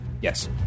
Yes